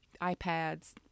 iPads